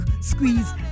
squeeze